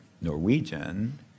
Norwegian